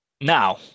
Now